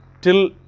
till